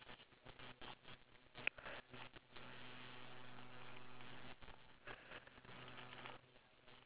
but at the same time maybe like the people from other country who have like high rates of divorce